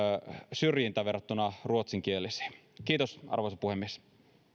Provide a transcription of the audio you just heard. syrjintä verrattuna ruotsinkielisiin kiitos arvoisa puhemies